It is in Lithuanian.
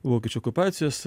vokiečių okupacijos